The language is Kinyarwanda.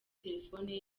telefoni